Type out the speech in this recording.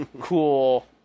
cool